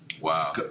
Wow